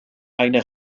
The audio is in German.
eine